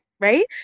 Right